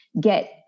get